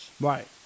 right